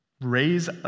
raise